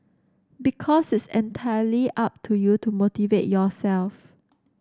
because it's entirely up to you to motivate yourself